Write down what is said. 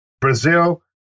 Brazil